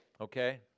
okay